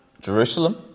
Jerusalem